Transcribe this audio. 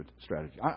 strategy